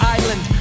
Island